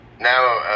Now